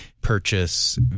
purchase